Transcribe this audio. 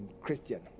Christian